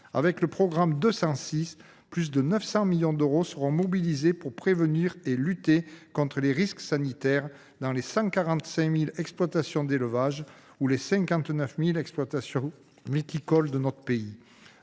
titre du programme 206, plus de 900 millions d’euros seront mobilisés pour prévenir et lutter contre les risques sanitaires dans les 145 000 exploitations d’élevage et les 59 000 exploitations viticoles de notre pays.